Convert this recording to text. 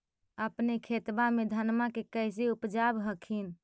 अपने खेतबा मे धन्मा के कैसे उपजाब हखिन?